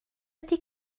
ydy